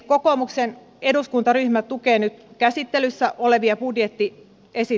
kokoomuksen eduskuntaryhmä tukee nyt käsittelyssä olevia budjettiesityksiä